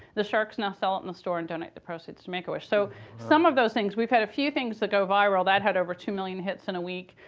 the sharks now sell it in the store and donate the proceeds to make-a-wish. so some of those things, we've had a few things that go viral. that had over two million hits in a week.